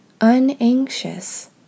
unanxious